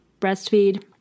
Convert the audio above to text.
breastfeed